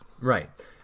right